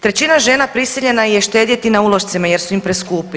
Trećina žena prisiljena je štedjeti na ulošcima jer su im preskupi.